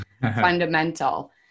fundamental